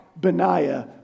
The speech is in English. Benaiah